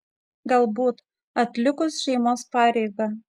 galbūt atlikus šeimos pareigą